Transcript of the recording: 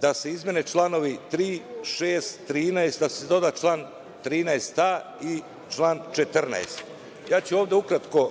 da se izmene članovi 3,6. i 13. i da se doda član 13a. i član 14.Ja ću ovde ukratko